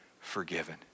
forgiven